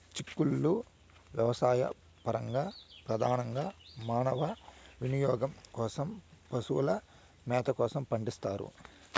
చిక్కుళ్ళు వ్యవసాయపరంగా, ప్రధానంగా మానవ వినియోగం కోసం, పశువుల మేత కోసం పండిస్తారు